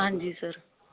ਹਾਂਜੀ ਸਰ